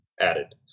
added